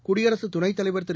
குடியரசுத் துணைத் தலைவர் திரு